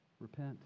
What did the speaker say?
Repent